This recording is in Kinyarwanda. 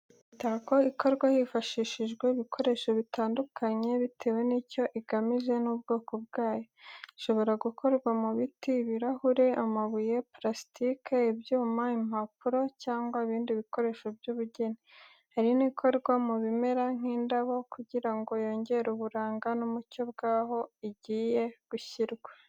Imitako ikorwa hifashishijwe ibikoresho bitandukanye bitewe n'icyo igamije n'ubwoko bwayo. Ishobora gukorwa mu biti, ibirahuri, amabuye, parasitike, ibyuma, impapuro, cyangwa ibindi bikoresho by'ubugeni. Hari nikorwa mu bimera nk’indabo kugira ngo yongere uburanga n'umucyo bwaho igiye gushyirwa.